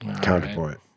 Counterpoint